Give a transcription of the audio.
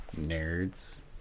nerds